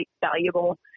valuable